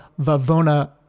Vavona